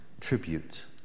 tribute